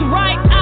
right